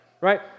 right